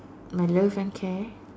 my love and care